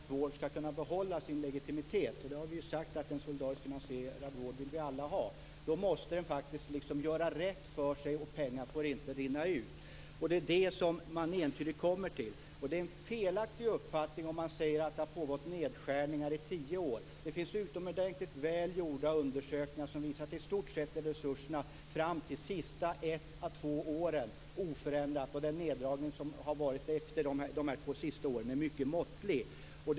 Fru talman! För att en solidarisk vård skall kunna behålla sin legitimitet - och vi har sagt att en solidariskt finansierad vård vill vi alla ha - måste den faktiskt göra rätt för sig, och pengarna får inte rinna ut. Det är det som man entydigt kommer till. Det är en felaktig uppfattning om man säger att det har pågått nedskärningar i tio år. Det finns utomordentligt väl gjorda undersökningar som visar att resurserna i stort sett fram till de senaste ett à två åren är oförändrade och att den neddragning som skett de två senaste åren är mycket måttlig.